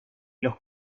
los